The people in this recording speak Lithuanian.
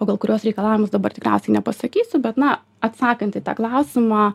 pagal kurios reikalavimus dabar tikriausiai nepasakysiu bet na atsakant į tą klausimą